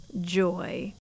joy